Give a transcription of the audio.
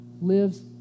lives